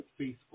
Facebook